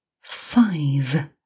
five